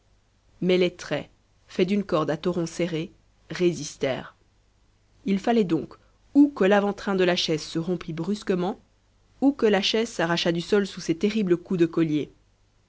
mais les traits faits d'une corde à torons serrés résistèrent il fallait donc ou que l'avant-train de la chaise se rompit brusquement ou que la chaise s'arrachât du sol sous ces terribles coups de collier